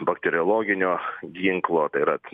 bakteriologinio ginklo tai yra t